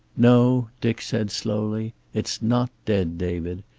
no, dick said slowly. it's not dead, david.